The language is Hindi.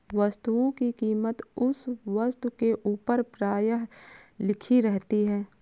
वस्तुओं की कीमत उस वस्तु के ऊपर प्रायः लिखी रहती है